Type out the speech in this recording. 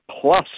plus